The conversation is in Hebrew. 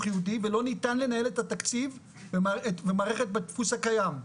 יהודי ולא ניתן לנהל את התקציב ומערכת בדפוס הקיים.